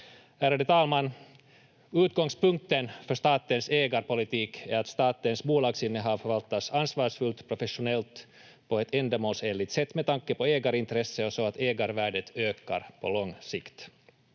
Ärade talman! Utgångspunkten för statens ägarpolitik är att statens bolagsinnehav förvaltas ansvarsfullt, professionellt, på ett ändamålsenligt sätt med tanke på ägarintresset och så att ägarvärdet ökar på lång sikt.